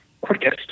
quickest